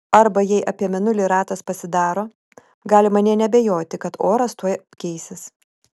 arba jei apie mėnulį ratas pasidaro galima nė neabejoti kad oras tuoj keisis